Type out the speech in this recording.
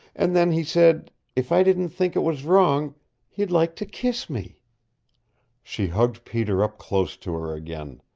and then he said if i didn't think it was wrong he'd like to kiss me she hugged peter up close to her again.